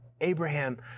Abraham